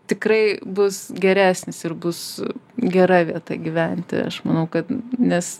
tikrai bus geresnis ir bus gera vieta gyventi aš manau kad nes